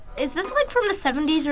is this, like, from the seventy s or